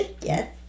Yes